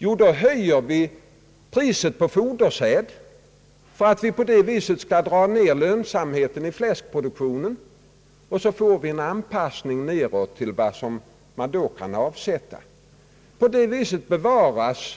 Jo, då höjer vi priset på fodersäd för att på detta sätt dra ned lönsamheten av fläskproduktionen. Så får vi en anpassning nedåt till vad som kan avsättas. På det viset bevaras